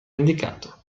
indicato